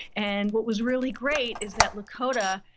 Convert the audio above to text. and what was really great is that lakota,